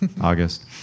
August